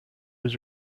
was